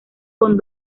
con